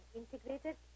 integrated